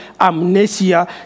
amnesia